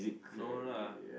no lah